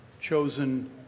chosen